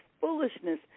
foolishness